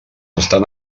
estan